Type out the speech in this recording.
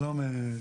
שלום.